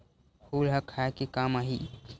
फूल ह खाये के काम आही?